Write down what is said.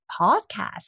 Podcast